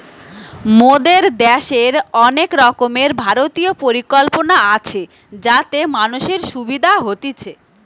মোদের দ্যাশের অনেক রকমের ভারতীয় পরিকল্পনা আছে যাতে মানুষের সুবিধা হতিছে